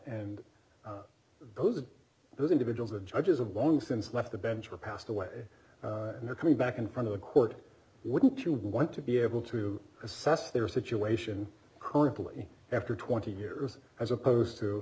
d those of those individuals the judges of long since left the bench were passed away and they're coming back in front of the court wouldn't you want to be able to assess their situation horribly after twenty years as opposed to